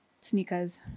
Sneakers